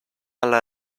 alla